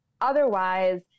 Otherwise